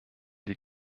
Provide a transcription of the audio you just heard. die